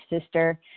sister